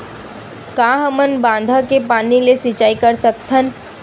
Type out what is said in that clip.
का हमन बांधा के पानी ले सिंचाई कर सकथन?